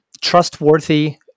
trustworthy